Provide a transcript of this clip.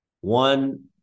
one